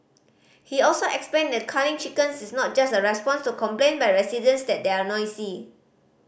he also explained that culling chickens is not just a response to complaint by residents that they are noisy